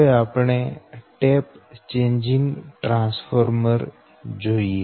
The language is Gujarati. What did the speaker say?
હવે આપણે ટેપ ચેંજિંગ ટ્રાન્સફોર્મર જોઈએ